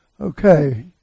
Okay